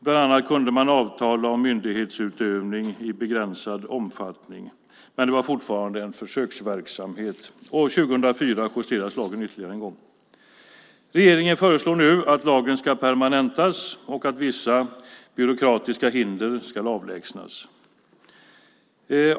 Bland annat kunde man avtala om myndighetsutövning i begränsad omfattning, men det var fortfarande en försöksverksamhet. År 2004 justerades lagen ytterligare en gång. Regeringen föreslår nu att lagen ska permanentas och att vissa byråkratiska hinder ska avlägsnas.